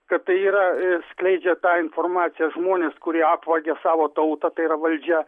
kad tai yra skleidžia tą informaciją žmonės kurie apvogia savo tauta tai yra valdžia